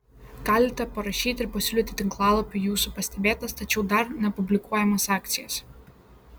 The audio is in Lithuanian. galite parašyti ir pasiūlyti tinklalapiui jūsų pastebėtas tačiau dar nepublikuojamas akcijas